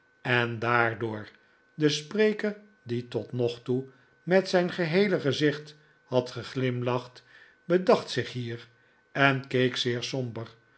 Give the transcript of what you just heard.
en daardoor de spreker die tot nog toe met zijn geheele gezicht had geglimlacht bedacht zich hier en keek zeer somber